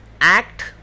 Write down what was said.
act